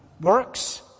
works